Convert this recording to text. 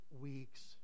weeks